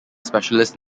specialist